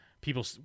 people